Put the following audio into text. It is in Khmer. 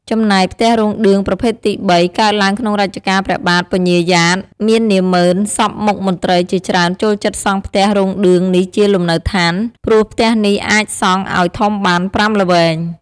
ចំណែក ផ្ទះរោងឌឿងប្រភេទទី៣ កើតឡើងក្នុងរជ្ជកាលព្រះបាទពញាយ៉ាត មាននាម៉ឺន សព្វមុខមន្ត្រីជាច្រើនចូលចិត្តសង់ផ្ទះរោងឌឿងនេះជាលំនៅឋាន ព្រោះផ្ទះនេះអាចសង់ឲ្យធំបាន ៥ល្វែង ។